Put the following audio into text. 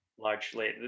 largely